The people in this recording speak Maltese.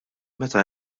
meta